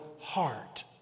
heart